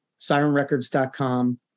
SirenRecords.com